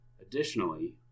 Additionally